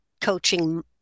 coaching